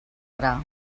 gra